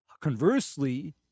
Conversely